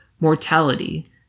Mortality